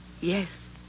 Yes